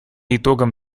итогам